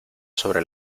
sobre